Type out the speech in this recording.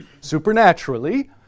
supernaturally